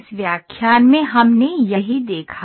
इस व्याख्यान में हमने यही देखा